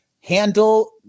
handle